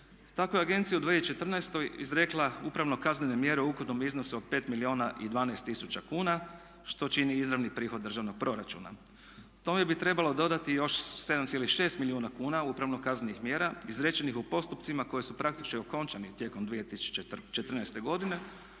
Tako je agencija u 2014. izrekla upravno-kaznene mjere u ukupnom iznosu od 5 milijuna i 12 tisuća kuna, što čini izravni prihod državnog proračuna. Tome bi trebalo dodati još 7,6 milijuna kuna upravno-kaznenih mjera izrečenih u postupcima koji su praktički okončani tijekom 2014. godine,